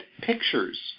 pictures